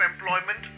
employment